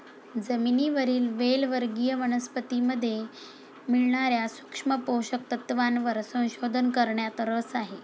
जमिनीवरील वेल वर्गीय वनस्पतीमध्ये मिळणार्या सूक्ष्म पोषक तत्वांवर संशोधन करण्यात रस आहे